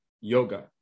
Yoga